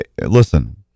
listen